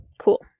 cool